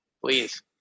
Please